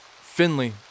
Finley